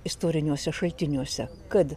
istoriniuose šaltiniuose kad